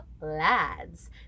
lads